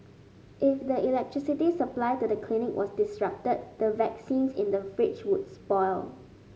if the electricity supply to the clinic was disrupted the vaccines in the fridge would spoil